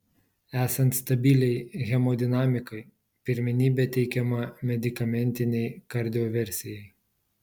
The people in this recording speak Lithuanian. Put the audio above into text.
esant stabiliai hemodinamikai pirmenybė teikiama medikamentinei kardioversijai